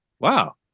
Wow